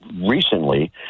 recently